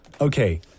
Okay